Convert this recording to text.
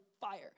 fire